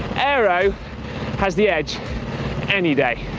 aero has the edge any day.